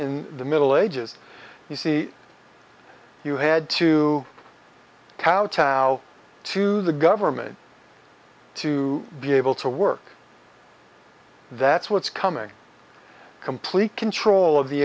in the middle ages you see you had to kowtow to the government to be able to work that's what's coming complete control of the